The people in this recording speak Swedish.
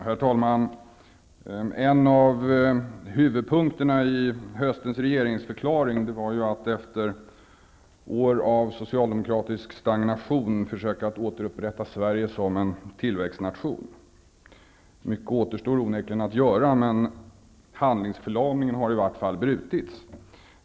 Herr talman! En av huvudpunkterna i höstens regeringsförklaring var att efter år av socialdemokratisk stagnation försöka att återupprätta Sverige som en tillväxtnation. Mycket återstår onekligen att göra, men handlingsförlamningen har i varje fall brutits.